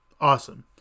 Awesome